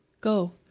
Go